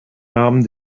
namen